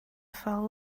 fell